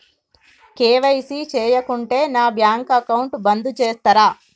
KYC చేయకుంటే నా bank account బంద్ చేస్తరా?